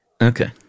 Okay